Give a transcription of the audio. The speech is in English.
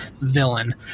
villain